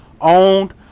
owned